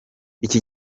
iki